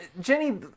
Jenny